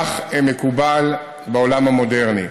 כך מקובל בעולם המודרני.